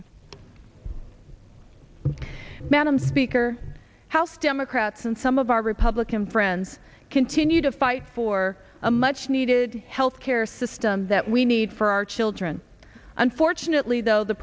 you madam speaker house democrats and some of our republican friends continue to fight for a much needed health care system that we need for our children unfortunately though the